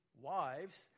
wives